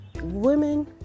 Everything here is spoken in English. Women